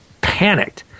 panicked